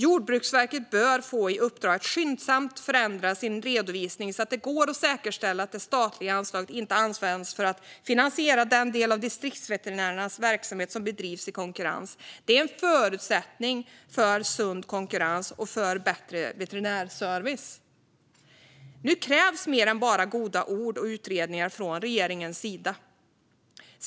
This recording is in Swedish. Jordbruksverket bör få i uppdrag att skyndsamt förändra sin redovisning så att det går att säkerställa att det statliga anslaget inte används för att finansiera den del av distriktsveterinärernas verksamhet som bedrivs i konkurrens. Det är en förutsättning för sund konkurrens och för bättre veterinär service. Nu krävs mer än bara goda ord och utredningar från regeringens sida.